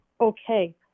okay